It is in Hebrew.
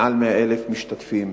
מעל 100,000 משתתפים.